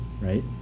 right